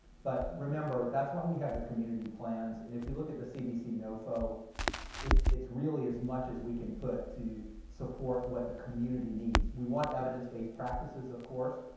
but remember that's why we have the community plans. and if you look at the cdc nofo nofo it's really as much as we can put to support what the community needs. we want evidence-based practices of course,